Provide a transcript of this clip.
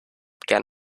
began